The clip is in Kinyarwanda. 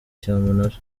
cyamunara